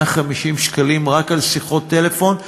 150 שקלים רק על שיחות טלפון,